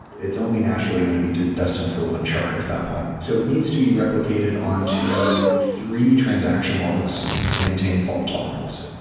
it's only naturally going to be destined for one shard at that point. so it needs to be replicated on to three transaction logs to maintain fault-tolerance.